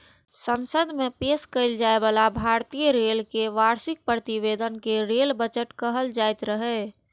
संसद मे पेश कैल जाइ बला भारतीय रेल केर वार्षिक प्रतिवेदन कें रेल बजट कहल जाइत रहै